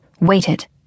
waited